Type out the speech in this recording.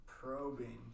probing